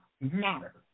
matter